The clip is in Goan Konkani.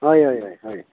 हय हय हय हय